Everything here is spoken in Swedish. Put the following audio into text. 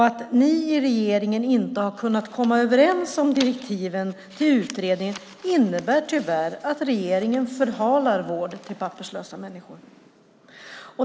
Att ni i regeringen inte har kunnat komma överens om direktiven till utredningen innebär tyvärr att regeringen förhalar vård till papperslösa människor.